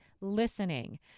listening